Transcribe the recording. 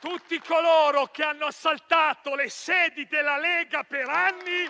Tutti coloro che hanno assaltato le sedi della Lega per anni